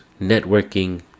networking